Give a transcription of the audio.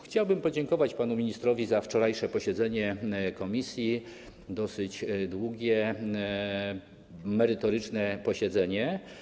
Chciałbym podziękować panu ministrowi za wczorajsze posiedzenie komisji, dosyć długie, merytoryczne posiedzenie.